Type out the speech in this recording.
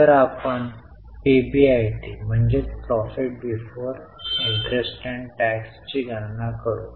आता आपण वित्तपुरवठा करणाऱ्या कोनातून थोडीशी चर्चा करू